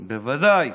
בוודאי.